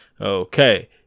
Okay